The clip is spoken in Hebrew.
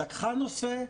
לקחה נושא,